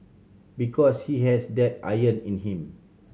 because he has that iron in him